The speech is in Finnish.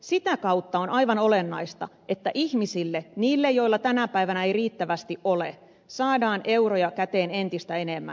sitä kautta on aivan olennaista että ihmisille niille joilla tänä päivänä ei riittävästi ole saadaan euroja käteen entistä enemmän